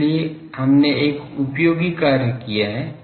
इसलिए हमने एक उपयोगी कार्य किया है